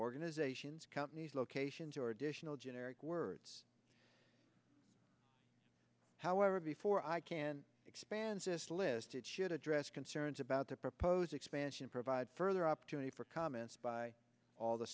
organizations companies locations or additional generic words however before i can expand this list it should address concerns about the proposed expansion provide further opportunity for comments by all the